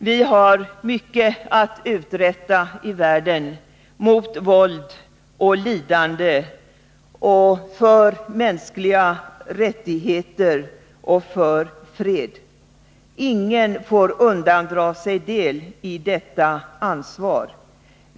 Vi har mycket att uträtta i världen mot våld och lidande och för mänskliga rättigheter och fred. Ingen får undandra sig del i detta ansvar.